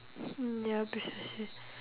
mm ya precisely